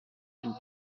une